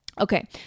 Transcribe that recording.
Okay